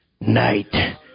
night